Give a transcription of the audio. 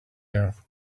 earth